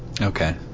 Okay